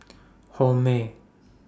Hormel